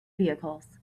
vehicles